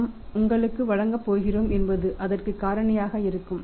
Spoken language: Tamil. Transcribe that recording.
நாம் உங்களுக்கு வழங்கப் போகிறோம் என்பதும் அதற்குக் காரணியாக இருக்கும்